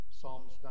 psalms